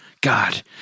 God